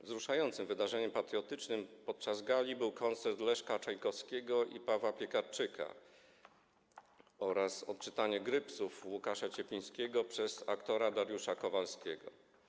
Wzruszającym wydarzeniem patriotycznym podczas gali był koncert Leszka Czajkowskiego i Pawła Piekarczyka oraz odczytanie grypsów Łukasza Cieplińskiego przez aktora Dariusza Kowalskiego.